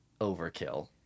overkill